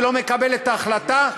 שלא מקבל את ההחלטה,